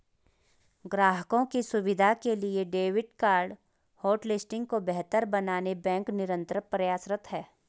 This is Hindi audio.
ग्राहकों की सुविधा के लिए डेबिट कार्ड होटलिस्टिंग को बेहतर बनाने बैंक निरंतर प्रयासरत है